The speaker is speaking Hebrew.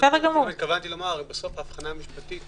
בסוף ההבחנה המשפטית